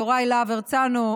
יוראי להב הרצנו,